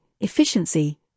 efficiency